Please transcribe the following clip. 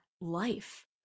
life